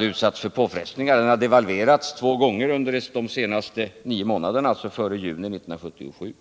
utsatts för påfrestningar. Den hade devalverats två gånger under de senaste nio månaderna, före juni 1977.